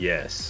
Yes